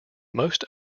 most